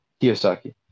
kiyosaki